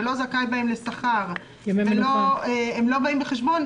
לא זכאי בהם לשכר והם לא באים בחשבון,